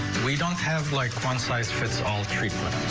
we don't have like one-size-fits-all treatment.